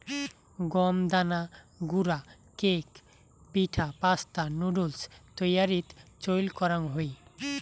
গম দানা গুঁড়া কেক, পিঠা, পাস্তা, নুডুলস তৈয়ারীত চইল করাং হই